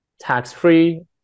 tax-free